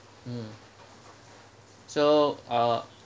mm so uh